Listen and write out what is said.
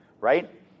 right